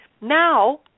Now